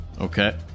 Okay